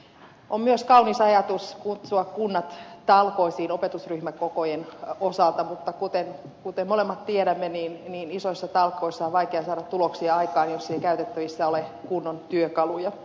on myös kaunis ajatus kutsua kunnat talkoisiin opetusryhmäkokojen osalta mutta kuten molemmat tiedämme niin isoissa talkoissa on vaikea saada tuloksia aikaan jos ei käytettävissä ole kunnon työkaluja